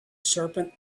serpent